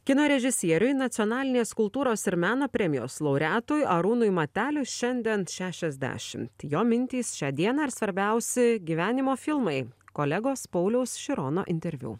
kino režisieriui nacionalinės kultūros ir meno premijos laureatui arūnui mateliui šiandien šešiasdešimt jo mintys šią dieną ir svarbiausi gyvenimo filmai kolegos pauliaus širono interviu